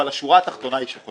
אבל השורה התחתונה היא שחשובה.